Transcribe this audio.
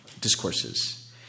discourses